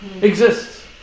exists